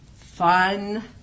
fun